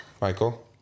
Michael